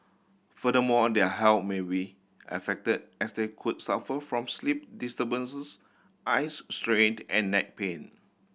furthermore their health may be affected as they could suffer from sleep disturbances eyes strained and neck pain